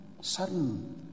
sudden